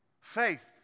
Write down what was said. Faith